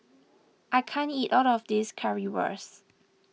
I can't eat all of this Currywurst